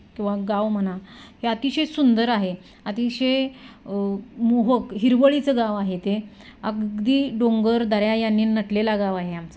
किंवा गाव म्हणा हे अतिशय सुंदर आहे अतिशय मोहक हिरवळीचं गाव आहे ते अगदी डोंगर दऱ्या यांनी नटलेला गाव आहे आमचा